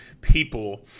people